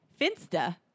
Finsta